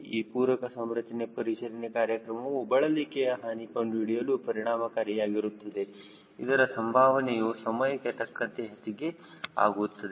ಈ ಪೂರಕ ಸಂರಚನೆ ಪರಿಶೀಲನೆ ಕಾರ್ಯಕ್ರಮವು ಬಳಲಿಕೆಯ ಹಾನಿ ಕಂಡುಹಿಡಿಯಲು ಪರಿಣಾಮಕಾರಿಯಾಗಿರುತ್ತದೆ ಇದರ ಸಂಭಾವನೆಯೂ ಸಮಯಕ್ಕೆ ತಕ್ಕಂತೆ ಹೆಚ್ಚಿಗೆ ಆಗುತ್ತದೆ